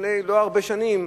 לפני לא הרבה שנים,